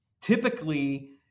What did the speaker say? Typically